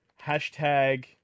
hashtag